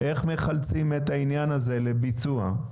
איך מחלצים את העניין הזה לביצוע?